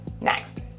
next